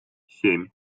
семь